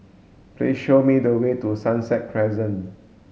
please show me the way to Sunset Crescent